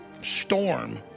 storm